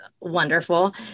wonderful